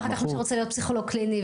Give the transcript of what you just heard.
ואחר כך מי שרוצה להיות פסיכולוג קליני,